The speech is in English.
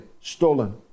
stolen